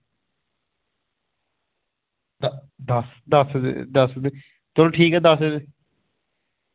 दस्स दस्स चलो ठीक ऐ दस्स